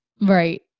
Right